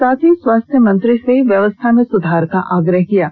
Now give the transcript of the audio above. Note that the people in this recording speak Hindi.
साथ ही स्वास्थ्य मंत्री से व्यवस्था में सुधार का आग्रह किया है